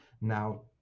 Now